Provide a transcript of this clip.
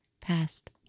past